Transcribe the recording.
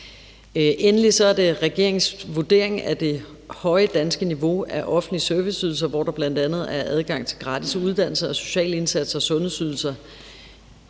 Endelig er det regeringens vurdering, at det høje danske niveau af offentlige serviceydelser, hvor der bl.a. er adgang til gratis uddannelse, sociale indsatser og sundhedsydelser,